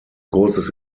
großes